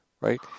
right